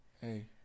Hey